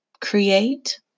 Create